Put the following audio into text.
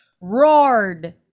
roared